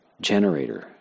generator